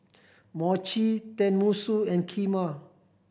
Mochi Tenmusu and Kheema